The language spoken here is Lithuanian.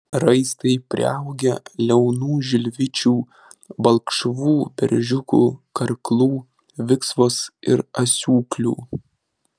raistai priaugę liaunų žilvičių balkšvų beržiukų karklų viksvos ir asiūklių